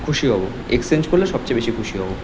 খুশি হব এক্সচেঞ্জ করলে সবচেয়ে বেশি খুশি হব